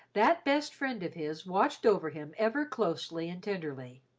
that best friend of his watched over him ever closely and tenderly.